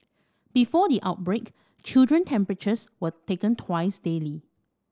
before the outbreak children temperatures were taken twice daily